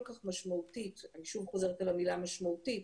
כך משמעותית אני חוזרת על המילה משמעותית